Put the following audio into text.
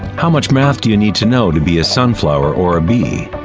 how much math do you need to know to be a sunflower or a bee?